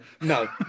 no